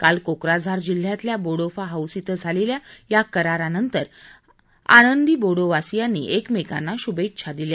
काल कोक्राझार जिल्ह्यातल्या बोडोफा हाऊस क्वि झालेल्या या करारा नंतर आनंदी बोडो वासियांनी एकमेकांना शुभेच्छा दिल्या